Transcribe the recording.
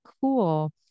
cool